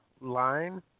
line